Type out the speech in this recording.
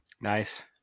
Nice